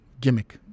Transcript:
gimmick